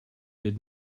did